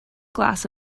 glass